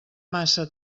massa